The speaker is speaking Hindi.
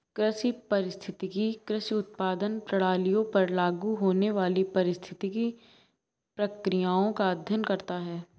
कृषि पारिस्थितिकी कृषि उत्पादन प्रणालियों पर लागू होने वाली पारिस्थितिक प्रक्रियाओं का अध्ययन करता है